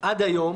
עד היום,